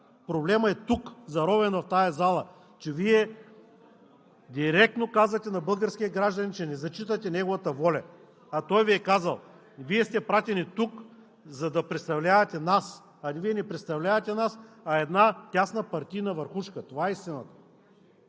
Проблемът е тук, заровен в тази зала, че Вие директно казвате на българския гражданин, че не зачитате неговата воля, а той Ви е казал: „Вие сте пратени тук, за да представлявате нас, а Вие не представлявате нас, а една тясна партийна върхушка.“ Това е истината!